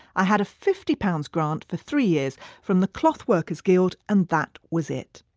i had a fifty pounds grant for three years from the clothworkers' guild and that was it.